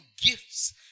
gifts